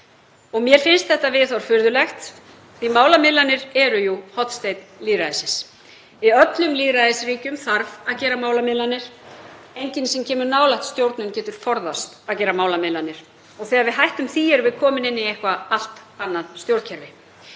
Mér finnst þetta viðhorf furðulegt því að málamiðlanir eru jú hornsteinn lýðræðisins. Í öllum lýðræðisríkjum þarf að gera málamiðlanir. Enginn sem kemur nálægt stjórnun getur forðast að gera málamiðlanir og þegar við hættum því erum við komin inn í eitthvað allt annað stjórnkerfi.